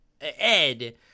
ed